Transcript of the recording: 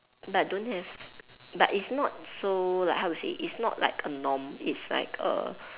but don't have but it's not so like how to say it's not like a norm it's like a